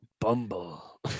Bumble